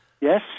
Yes